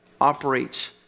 operates